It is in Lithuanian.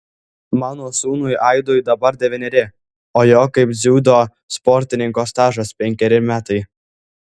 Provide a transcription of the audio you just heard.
mano sūnui aidui dabar devyneri o jo kaip dziudo sportininko stažas penkeri metai